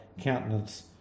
countenance